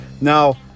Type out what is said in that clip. Now